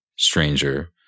Stranger